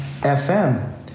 FM